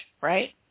right